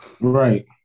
Right